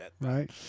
Right